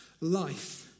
life